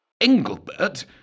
Engelbert